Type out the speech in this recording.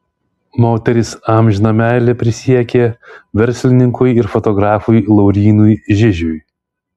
moteris amžiną meilę prisiekė verslininkui ir fotografui laurynui žižiui